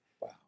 Wow